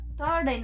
third